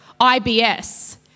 IBS